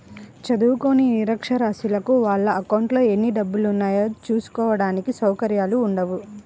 చదువుకోని నిరక్షరాస్యులకు వాళ్ళ అకౌంట్లలో ఎన్ని డబ్బులున్నాయో చూసుకోడానికి సౌకర్యాలు ఉండవు